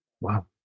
Wow